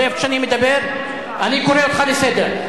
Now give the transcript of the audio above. אני קורא אותך לסדר.